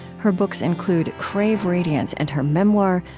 her books include crave radiance and her memoir,